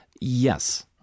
yes